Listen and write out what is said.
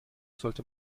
sollte